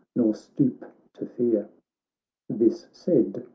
nor stoop to fear this said,